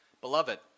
Beloved